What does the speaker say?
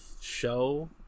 show